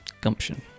Gumption